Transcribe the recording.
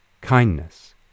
kindness